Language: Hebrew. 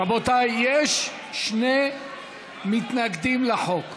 רבותיי, יש שני מתנגדים לחוק,